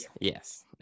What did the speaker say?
Yes